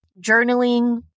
journaling